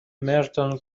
merton